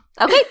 Okay